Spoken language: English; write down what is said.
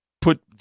put